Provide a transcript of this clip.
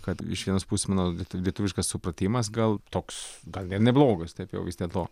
kad iš vienos pusės mano lie lietuviškas supratimas gal toks gal ir neblogas tap jau vis dėlto